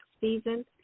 season